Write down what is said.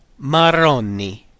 marroni